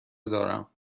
دارم